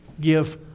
give